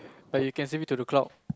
like you can save it to the cloud